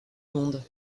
monde